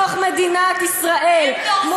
בתוך מדינת ישראל, הם דורסים אנשי משטרה.